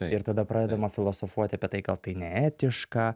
ir tada pradedame filosofuoti apie tai gal tai neetiška